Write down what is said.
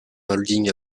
holding